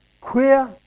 queer